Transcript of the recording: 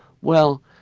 well,